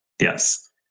yes